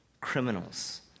criminals